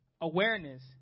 Awareness